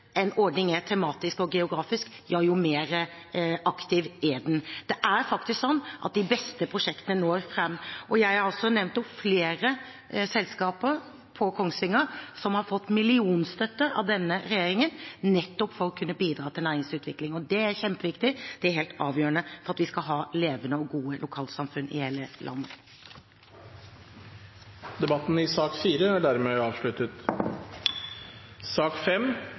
en ordning er tematisk og geografisk, jo mer aktiv er den. Det er faktisk sånn at de beste prosjektene når fram. Jeg har også nevnt flere selskaper på Kongsvinger som har fått millionstøtte av denne regjeringen, nettopp for å kunne bidra til næringsutvikling. Det er kjempeviktig. Det er helt avgjørende for at vi skal ha levende og gode lokalsamfunn i hele landet. Debatten i sak nr. 4 er dermed avsluttet.